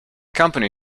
company